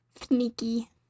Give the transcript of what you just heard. Sneaky